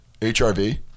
HRV